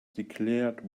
declared